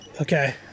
Okay